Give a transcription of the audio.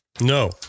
No